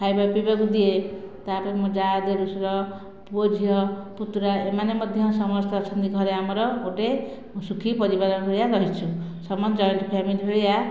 ଖାଇବା ପିଇବାକୁ ଦିଏ ତାପରେ ମୋ ଯାଆ ଦେଢ଼ସୁର ପୁଅ ଝିଅ ପୁତୁରା ଏମାନେ ମଧ୍ୟ ସମସ୍ତେ ଅଛନ୍ତି ଘରେ ଆମର ଗୋଟିଏ ସୁଖୀ ପରିବାର ଭଳିଆ ରହିଛୁ ସମସ୍ତେ ଜଏଣ୍ଟ୍ ଫ୍ୟାମିଲି ଭଳିଆ